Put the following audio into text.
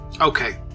Okay